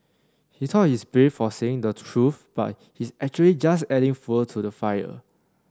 he thought he's brave for saying the truth but he's actually just adding fuel to the fire